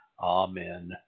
Amen